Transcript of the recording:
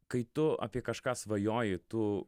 kai tu apie kažką svajoji tu